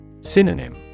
Synonym